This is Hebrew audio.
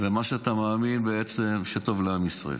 ומה שאתה מאמין בעצם שטוב לעם ישראל.